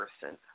person